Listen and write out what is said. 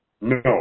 No